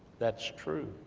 that's true,